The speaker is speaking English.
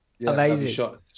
amazing